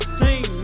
team